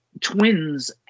twins